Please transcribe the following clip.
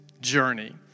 journey